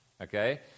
Okay